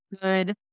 good